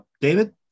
David